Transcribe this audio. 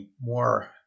more